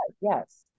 yes